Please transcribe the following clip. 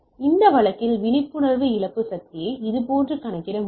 இந்த வழக்கில் விழிப்புணர்வு இழப்பு சக்தியை இதுபோன்று கணக்கிட முடியும்